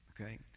Okay